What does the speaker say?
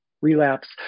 relapse